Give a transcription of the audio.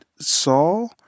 Saul